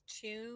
two